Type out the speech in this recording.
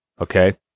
okay